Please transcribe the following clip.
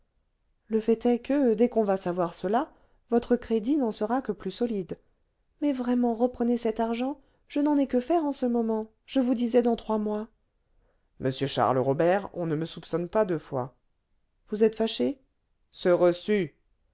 le fait est que dès qu'on va savoir cela votre crédit n'en sera que plus solide mais vraiment reprenez cet argent je n'en ai que faire en ce moment je vous disais dans trois mois monsieur charles robert on ne me soupçonne pas deux fois vous êtes fâché ce reçu